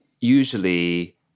usually